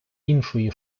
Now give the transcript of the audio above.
іншої